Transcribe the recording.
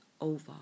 over